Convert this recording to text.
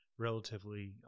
Relatively